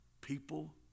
People